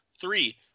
Three